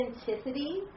authenticity